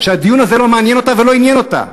שהדיון הזה לא מעניין אותה ולא עניין אותה.